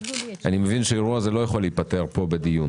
אני מבין שהאירוע הזה לא יכול להיפתר פה בדיון.